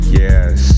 yes